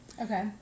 Okay